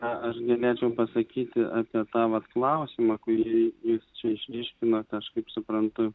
aš galėčiau pasakyti apie tą vat klausimą kurį jūs čia išryškinot aš kaip suprantu